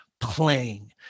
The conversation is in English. playing